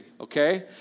okay